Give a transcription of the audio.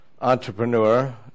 entrepreneur